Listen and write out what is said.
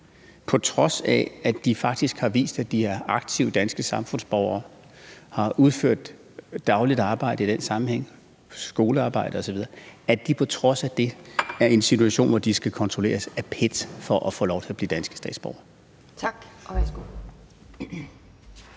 på trods af at de faktisk har vist, at de er aktive danske samfundsborgere og har udført dagligt arbejde i den sammenhæng, skolearbejde osv., er i en situation, hvor de skal kontrolleres af PET for at få lov til at blive danske statsborgere? Kl.